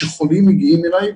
כאשר חולים מגיעים אלי,